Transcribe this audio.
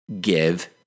give